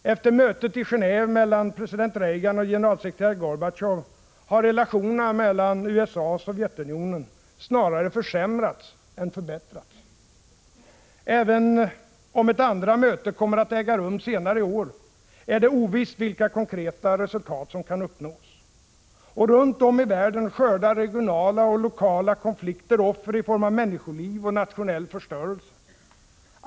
Efter mötet i Geheve mellan president Reagan och generalsekreterare Gorbatjov har relationerna mellan USA och Sovjetunionen snarare försämrats än förbättrats. Även om ett andra möte kommer att äga rum senare i år är det ovisst vilka konkreta resultat som kan uppnås. Och runt om i världen skördar regionala och lokala konflikter offer i form av människoliv och nationell förstörelse.